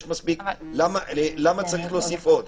למה צריך להוסיף עוד?